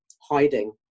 hiding